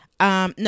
No